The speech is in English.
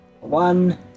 One